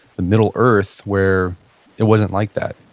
the middle earth, where it wasn't like that.